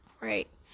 Right